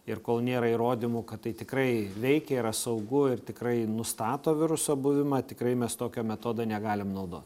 ir kol nėra įrodymų kad tai tikrai veikia yra saugu ir tikrai nustato viruso buvimą tikrai mes tokio metodo negalim naudot